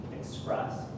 express